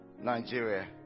Nigeria